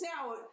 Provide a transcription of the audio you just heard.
out